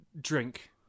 drink